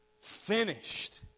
finished